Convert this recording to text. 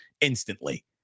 instantly